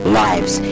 lives